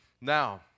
now